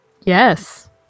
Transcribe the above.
Yes